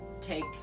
take